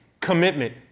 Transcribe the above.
commitment